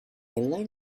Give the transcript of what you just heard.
like